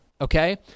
Okay